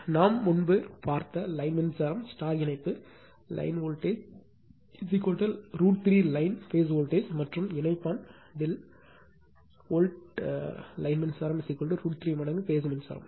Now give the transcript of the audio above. எனவே நாம் முன்பு பார்த்த லைன் மின்சாரம் இணைப்பு line line voltage √ 3 line phase voltage மற்றும் ∆ இணைப்பான் வோல்ட் லைன் மின்சாரம் √ 3 மடங்கு பேஸ் மின்சாரம்